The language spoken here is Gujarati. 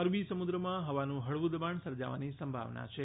અરબી સમુદ્રમાં ફવાનું ફળવુ દબાણ સર્જાવાની સંભાવના છે